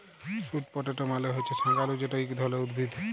sweet potato মালে হছে শাঁকালু যেট ইক ধরলের উদ্ভিদ